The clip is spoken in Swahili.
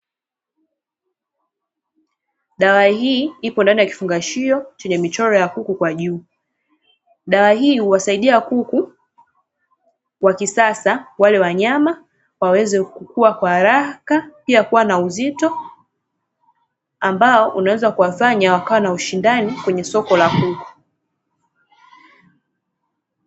Dawa hii ipo ndani ya kifungashio chenye michoro ya kuku kwa juu. Dawa hii huwasaidia kuku wa kisasa wale wa nyama waweze kukuwa kwa haraka, pia kuwa na uzito ambao unaweza kuwafanya wakwa na ushindani kwenye soko la kuku.